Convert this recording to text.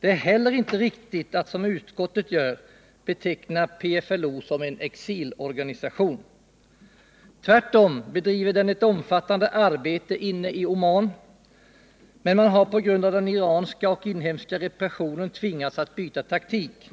Det är inte heller riktigt att, som utskottet gör, beteckna PFLO som en exilorganisation. Tvärtom bedriver PFLO ett omfattande arbete inne i Oman, men PFLO har på grund av den iranska och inhemska repressionen tvingats att byta taktik.